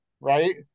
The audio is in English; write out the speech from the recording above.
right